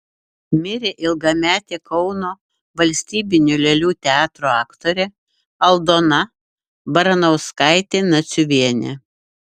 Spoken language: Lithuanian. mirė ilgametė kauno valstybinio lėlių teatro aktorė aldona baranauskaitė naciuvienė